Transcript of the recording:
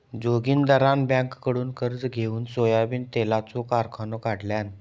जोगिंदरान बँककडुन कर्ज घेउन सोयाबीन तेलाचो कारखानो काढल्यान